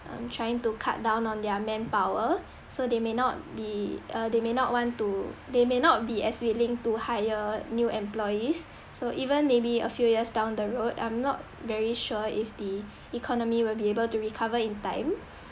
um trying to cut down on their manpower so they may not be uh they may not want to they may not be as willing to hire new employees so even maybe a few years down the road I'm not very sure if the economy will be able to recover in time